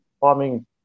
farming